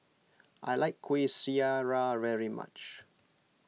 I like Kueh Syara very much